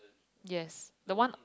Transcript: yes the one on